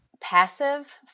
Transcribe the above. Passive